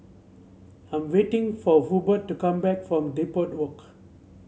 I'm waiting for Hubbard to come back from Depot Walk